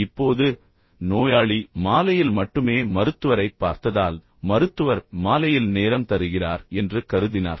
இப்போது நோயாளி மாலையில் மட்டுமே மருத்துவரைப் பார்த்ததால் மருத்துவர் மாலையில் நேரம் தருகிறார் என்று கருதினார்